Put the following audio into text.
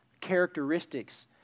characteristics